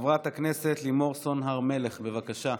חברת הכנסת לימור סון הר מלך, בבקשה.